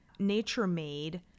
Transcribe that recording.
nature-made